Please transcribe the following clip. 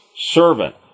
servant